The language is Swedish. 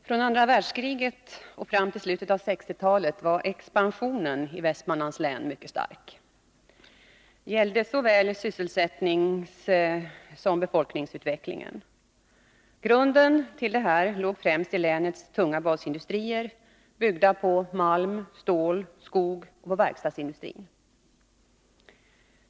Herr talman! Från andra världskriget och fram till slutet av 1960-talet var expansionen i Västmanlands län mycket stark. Det gällde såväl sysselsättningssom befolkningsutvecklingen. Grunden till detta låg främst i länets tunga basindustrier, byggda på malm, stål och skog samt verkstadsindustri.